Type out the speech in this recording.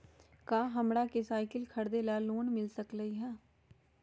का हमरा के साईकिल खरीदे ला लोन मिल सकलई ह?